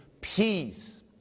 peace